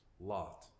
Lot